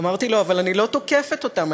אמרתי לו: אבל אני לא תוקפת אותם,